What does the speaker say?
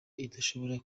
idashobora